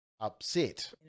upset